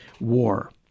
war